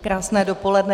Krásné dopoledne.